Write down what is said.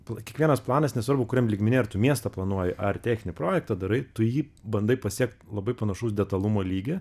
pla kiekvienas planas nesvarbu kuriam lygmeny ar tu miestą planuoji ar techninį projektą darai tu jį bandai pasiekt labai panašaus detalumo lygį